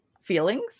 feelings